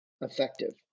effective